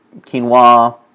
quinoa